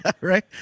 Right